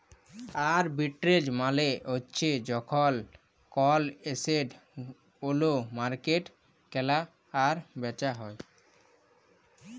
arbitrage মালে হ্যচ্যে যখল কল এসেট ওল্য মার্কেটে কেলা আর বেচা হ্যয়ে